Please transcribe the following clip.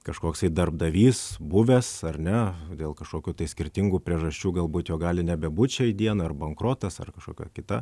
kažkoksai darbdavys buvęs ar ne dėl kažkokių tai skirtingų priežasčių galbūt jo gali nebebūt šiai dienai ar bankrotas ar kažkokia kita